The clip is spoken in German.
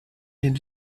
den